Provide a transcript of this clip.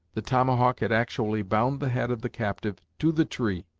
the tomahawk had actually bound the head of the captive to the tree,